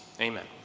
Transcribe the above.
Amen